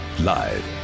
live